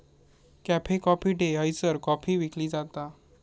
cafe Coffee Day हयसर coffee विकली जाता